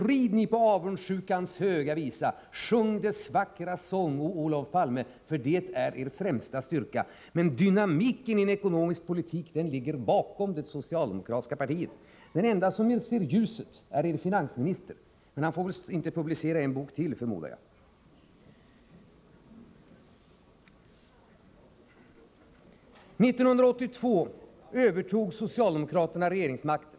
Rid ni på avundsjukans Höga visa, sjung dess vackra sång, Olof Palme, för det är er främsta styrka. Men dynamiken i en ekonomisk politik inser inte det socialdemokratiska partiet. Den enda som skymtat ljuset är er finansminister, men han får förmodligen inte publicera en bok till. 1982 övertog socialdemokraterna regeringsmakten.